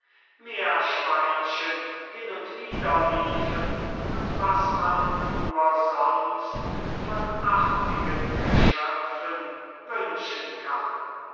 meerschweinchen hin und wider liefen und was man nur sonst von artigen geschöpfen wünschen kann